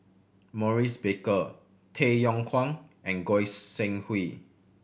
Maurice Baker Tay Yong Kwang and Goi Seng Hui